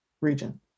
region